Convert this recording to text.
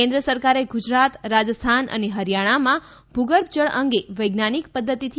કેન્દ્ર સરકારે ગુજરાત રાજસ્થાન અને હરિયાણામાં ભૂગર્ભ જળ અંગે વૈજ્ઞાનિક પદ્ધતિથી